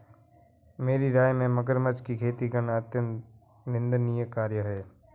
मेरी राय में मगरमच्छ की खेती करना अत्यंत निंदनीय कार्य है